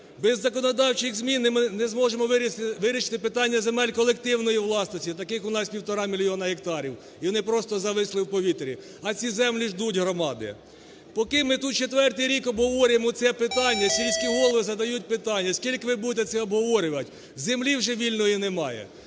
Без законодавчих змін ми не зможемо вирішити питання земель колективної власності, таких у нас півтора мільйона гектарів, і вони просто зависли в повітрі. А ці землі ждуть громади. Поки ми тут четвертий рік обговорюємо це питання, сільські голови задають питання: "Скільки ви будете це обговорювати? Землі вже вільної немає!"